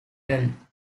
him